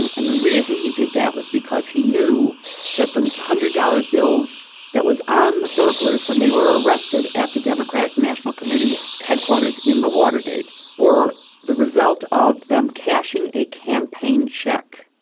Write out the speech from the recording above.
and the reason he did that was because he knew that the hundred dollar bills that was on the burglars when they were arrested at the democratic national committee headquarters in the watergate were the result of them cashing a campaign check.